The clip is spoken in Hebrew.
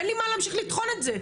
אין לי מה להמשיך לטחון את זה,